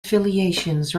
affiliations